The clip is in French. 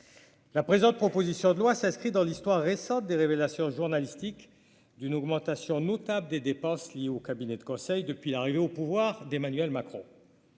La présente proposition de loi s'inscrit dans l'histoire récente des révélations journalistiques d'une augmentation notable des dépenses liées au cabinet de conseil depuis l'arrivée au pouvoir d'Emmanuel Macron,